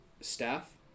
staff